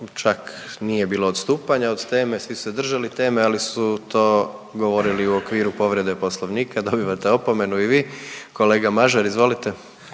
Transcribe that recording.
Čak nije bilo odstupanja od teme, svi su se držali teme, ali su to govorili u okviru povrede Poslovnika, dobivate opomenu i vi. Kolega Mažar, izvolite.